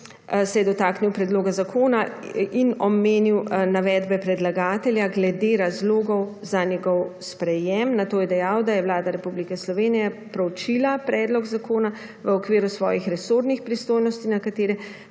se je dotaknil predloga zakona in omenil navedbe predlagatelja glede razlogov za njegov sprejem. Nato je dejal, da je Vlada Republike Slovenije preučila predlog zakona v okviru svojih resornih pristojnosti, na katere